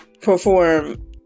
perform